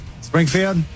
Springfield